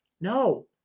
No